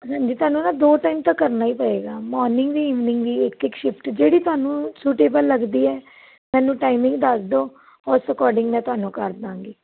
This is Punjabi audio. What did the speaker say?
ਹਾਂਜੀ ਤੁਹਾਨੂੰ ਨਾ ਦੋ ਟਾਈਮ ਤਾਂ ਕਰਨਾ ਹੀ ਪਏਗਾ ਮਾਰਨਿੰਗ ਵੀ ਇਵਨਿੰਗ ਵੀ ਇੱਕ ਇੱਕ ਸ਼ਿਫਟ ਜਿਹੜੀ ਤੁਹਾਨੂੰ ਸੂਟੇਬਲ ਲੱਗਦੀ ਹੈ ਮੈਨੂੰ ਟਾਈਮਿੰਗ ਦੱਸ ਦਿਓ ਉਸ ਅਕੋਰਡਿੰਗ ਮੈਂ ਤੁਹਾਨੂੰ ਕਰ ਦਾਂਗੀ